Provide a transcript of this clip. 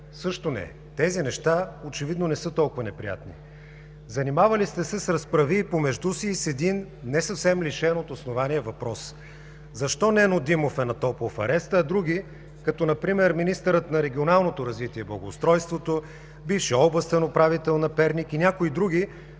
Също не. Тези неща очевидно не са толкова неприятни. Занимавали сте се с разправии помежду си и с един не съвсем лишен от основание въпрос: защо Нено Димов е на топло в ареста, а други, като например министърът на регионалното развитие и благоустройството, бившият областен управител на Перник и някои други,